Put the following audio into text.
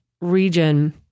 region